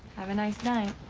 have a nice night.